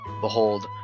behold